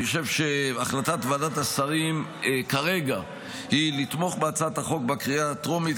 אני חושב שהחלטת ועדת השרים כרגע היא לתמוך בהצעת החוק בקריאה הטרומית,